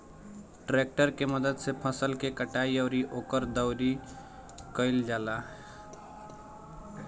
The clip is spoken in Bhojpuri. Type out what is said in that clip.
ट्रैक्टर के मदद से फसल के कटाई अउरी ओकर दउरी कईल जाला